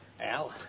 Al